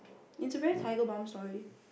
it's a very tiger balm story